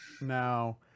No